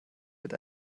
wird